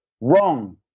wrong